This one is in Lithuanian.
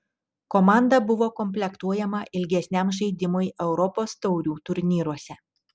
komanda buvo komplektuojama ilgesniam žaidimui europos taurių turnyruose